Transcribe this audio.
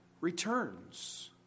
returns